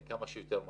כמה שיותר מהר.